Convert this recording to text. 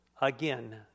again